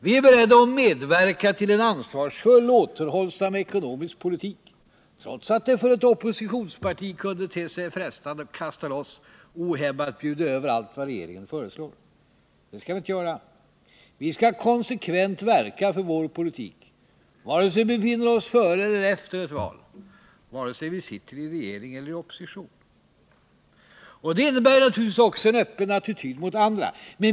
Vi är beredda att medverka till en ansvarsfull, återhållsam ekonomisk politik, trots att det för ett oppositionsparti kunde te sig frestande att kasta loss och ohämmat bjuda över allt vad regeringen föreslår. Vi skall konsekvent verka för vår politik, vare sig vi befinner oss före eller efter ett val, vare sig vi sitter i regering eller opposition. Det innebär naturligtvis också en öppen attityd mot andra.